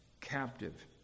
captive